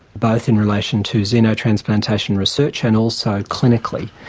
both in relation to xenotransplantation research and also clinically.